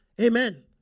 Amen